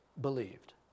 believed